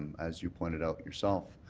as you pointed out yourself,